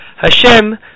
Hashem